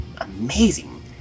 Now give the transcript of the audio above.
amazing